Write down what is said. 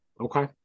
Okay